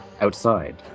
outside